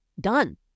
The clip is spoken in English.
done